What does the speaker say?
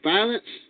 Violence